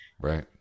Right